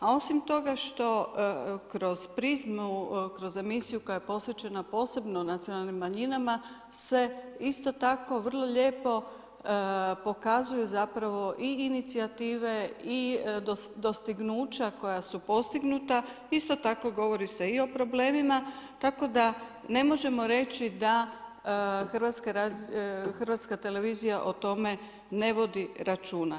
A osim toga što kroz Prizmu kroz emisiju koja je posvećena posebno nacionalnim manjinama se isto tako vrlo lijepo pokazuju zapravo i inicijative i dostignuća koja su postignuta isto tako govori se i o problemima tako da ne možemo reći da Hrvatska televizija o tome ne vodi računa.